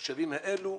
לתושבים האלו.